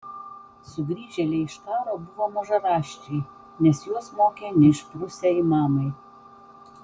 sugrįžėliai iš karo buvo mažaraščiai nes juos mokė neišprusę imamai